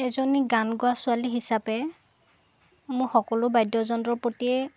এজনী গান গোৱা ছোৱালী হিচাপে মোৰ সকলো বাদ্যযন্ত্ৰৰ প্ৰতিয়েই